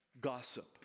Gossip